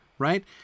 right